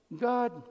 God